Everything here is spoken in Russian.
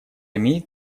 имеет